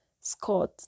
Scott